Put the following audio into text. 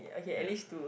ya